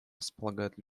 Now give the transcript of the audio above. располагает